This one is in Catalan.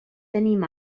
tenim